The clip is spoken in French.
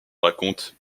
raconte